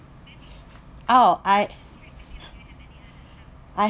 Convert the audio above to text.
oh I I